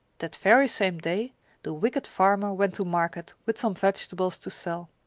that very same day the wicked farmer went to market with some vegetables to sell.